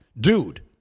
Dude